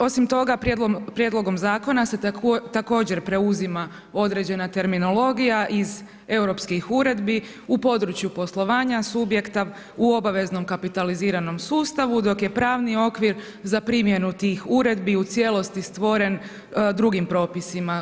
Osim toga, prijedlogom zakona se također preuzima određena terminologija iz europskih uredbi u području poslovanja subjekta u obaveznom kapitaliziranom sustavu dok je pravni okvir za primjenu tih uredbi u cijelosti stvoren drugim propisima.